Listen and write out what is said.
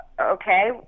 Okay